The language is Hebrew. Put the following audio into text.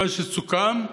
מה שסוכם,